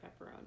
pepperoni